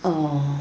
err